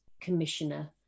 commissioner